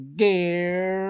gear